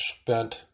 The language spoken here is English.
spent